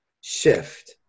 shift